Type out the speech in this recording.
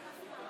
אם כך,